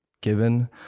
given